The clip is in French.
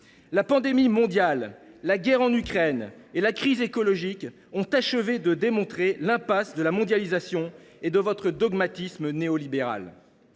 La pandémie mondiale, la guerre en Ukraine et la crise écologique ont achevé de démontrer l’impasse de la mondialisation et de votre dogmatisme néolibéral.